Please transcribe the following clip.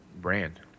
brand